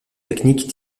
technique